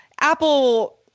Apple